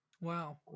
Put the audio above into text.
Wow